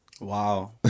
Wow